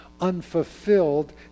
unfulfilled